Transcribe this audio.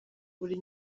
buri